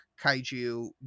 kaiju